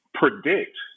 predict